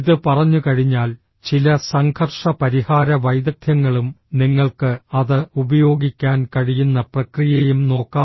ഇത് പറഞ്ഞുകഴിഞ്ഞാൽ ചില സംഘർഷ പരിഹാര വൈദഗ്ധ്യങ്ങളും നിങ്ങൾക്ക് അത് ഉപയോഗിക്കാൻ കഴിയുന്ന പ്രക്രിയയും നോക്കാം